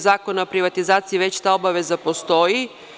Zakona o privatizaciji već ta obaveza postoji.